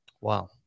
Wow